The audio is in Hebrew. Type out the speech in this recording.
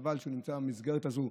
וחבל שהוא נמצא במסגרת הזו,